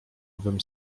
owym